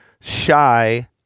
shy